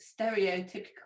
stereotypical